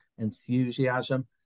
enthusiasm